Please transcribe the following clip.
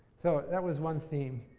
so, that was one theme.